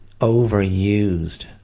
overused